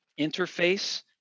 interface